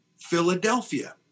Philadelphia